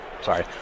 Sorry